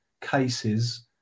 cases